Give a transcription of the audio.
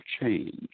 change